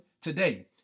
today